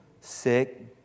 Sick